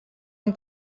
amb